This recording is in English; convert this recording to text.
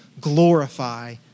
glorify